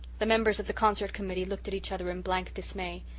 the members of the concert committee looked at each other in blank dismay.